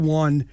one